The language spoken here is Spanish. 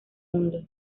mundo